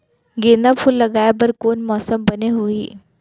गेंदा फूल लगाए बर कोन मौसम बने होही?